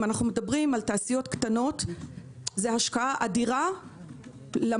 אם אנו מדברים על תעשיות קטנות זה השקעה אדירה למינימום.